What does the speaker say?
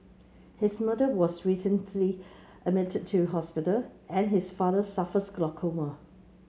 his mother was recently admitted to hospital and his father suffers glaucoma